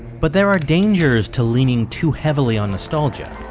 but there are dangers to leaning too heavily on nostalgia,